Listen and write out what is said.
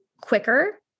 quicker